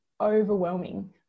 overwhelming